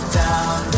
down